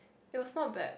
it was not bad